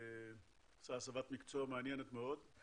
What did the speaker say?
עשה הסבת מקצוע מעניינת מאוד.